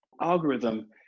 algorithm